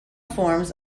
forms